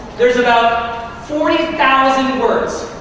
there's about forty thousand words.